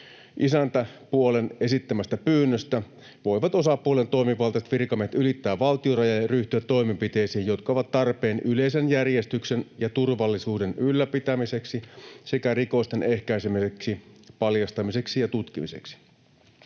Isäntäpuolen esittämästä pyynnöstä voivat osapuolen toimivaltaiset virkamiehet ylittää valtiorajoja ja ryhtyä toimenpiteisiin, jotka ovat tarpeen yleisen järjestyksen ja turvallisuuden ylläpitämiseksi sekä rikosten ehkäisemiseksi, paljastamiseksi ja tutkimiseksi.